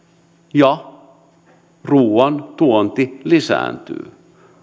ja ruuan tuonti lisääntyy